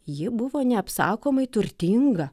ji buvo neapsakomai turtinga